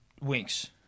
Winks